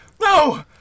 No